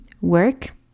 work